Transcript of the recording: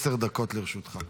עשר דקות לרשותך.